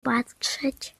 patrzeć